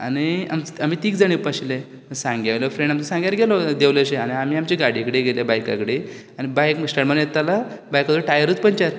आनी आमचे आमी तीग जाण येवपा आशिल्ले सांग्यावयलो फ्रेंड आमगेलो सांगल्यार गेलो देवलो तशे आनी आमी आमच्या गाडये कडेन गेले बायका कडे बायका कडेन आनी बायकीक स्टार्ट मारून येता म्हळ्यार बायकाचो टायरूच पंचर